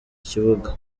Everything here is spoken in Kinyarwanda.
kibuga